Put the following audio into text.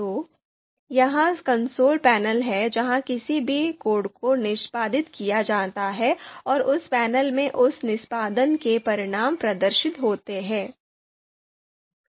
तो यह console panel है जहां किसी भी कोड को निष्पादित किया जाता है और उस पैनल में उस निष्पादन के परिणाम प्रदर्शित होते हैं